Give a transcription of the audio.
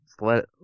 let